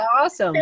awesome